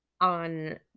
on